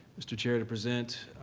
mr. chair, to present,